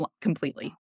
completely